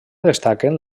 destaquen